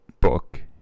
book